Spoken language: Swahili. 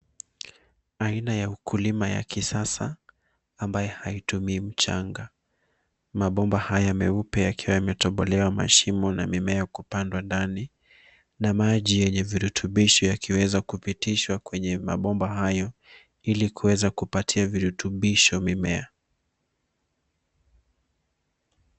Aina ya ukulima ya kisasa ambayo haitumii mchanga. Mabomba haya meupe yakiwa yametobolewa mashimo na mimea kupandwa ndani na maji yenye virutubisho yakiweza kupitishwa kwenye mabomba hayo ili kuweza kupatia virutubisho mimea.